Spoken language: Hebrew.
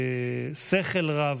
בשכל רב,